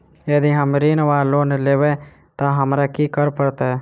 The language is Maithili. यदि हम ऋण वा लोन लेबै तऽ हमरा की करऽ पड़त?